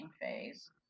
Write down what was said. phase